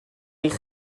eich